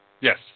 Yes